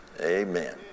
Amen